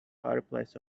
fireplace